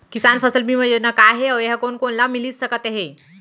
किसान फसल बीमा योजना का हे अऊ ए हा कोन कोन ला मिलिस सकत हे?